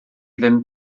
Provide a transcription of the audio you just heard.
ddim